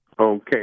Okay